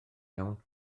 iawn